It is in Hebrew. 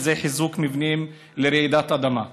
שזה חיזוק מבנים לרעידות אדמה.